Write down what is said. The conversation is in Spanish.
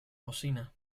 cocina